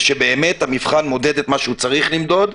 זה שהמבחן מודד את מה שהוא צריך למדוד,